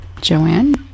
Joanne